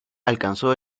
alcanzó